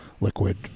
liquid